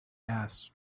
asked